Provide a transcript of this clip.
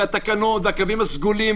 והתקנות והקווים הסגולים,